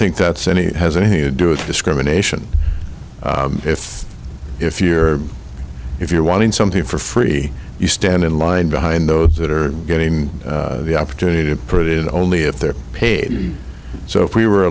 think that's any has anything to do with discrimination if if you're if you're wanting something for free you stand in line behind those that are getting the opportunity to prove it only if they're paid so if we were